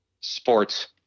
Sports